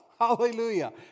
hallelujah